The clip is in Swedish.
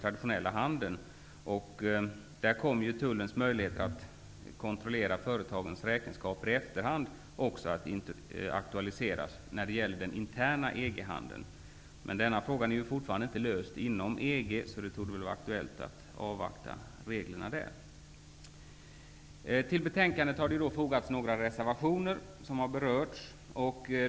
När det gäller den interna EG-handeln kommer tullens möjligheter att också i efterhand kontrollera företagens räkenskaper att aktualiseras. Men denna fråga är fortfarande inte löst inom EG. Därför torde det bli aktuellt att avvakta reglerna där. Till betänkandet har fogats några reservationer som har berörts.